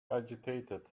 agitated